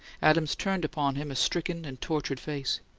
adams turned upon him a stricken and tortured face.